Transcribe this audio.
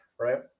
right